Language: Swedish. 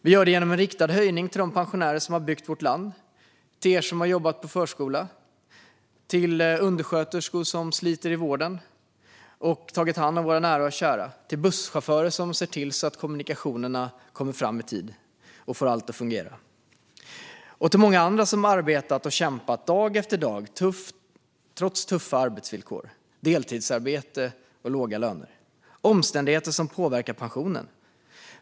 Vi gör det genom en riktad höjning till de pensionärer som har byggt vårt land - till er som har jobbat på förskola, till undersköterskor som slitit i vården och tagit hand om våra nära och kära, till busschaufförer som sett till att kommunikationerna kommit fram i tid och fått allt att fungera och till många andra som har arbetat och kämpat dag efter dag trots tuffa arbetsvillkor, deltidsarbete och låga löner, vilket är omständigheter som påverkar pensionen.